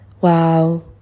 wow